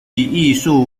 艺术